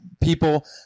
people